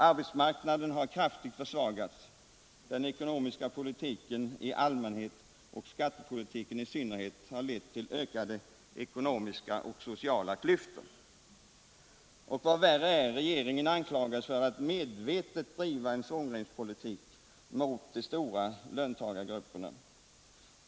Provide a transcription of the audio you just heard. Arbetsmarknaden har kraftigt försvagats, den ekonomiska politiken i allmänhet och skattepolitiken i synnerhet har lett till ökade ekonomiska och sociala klyftor ——-.” Och vad värre är, regeringen anklagas för att medvetet bedriva en svångremspolitik mot de stora löntagargrupperna.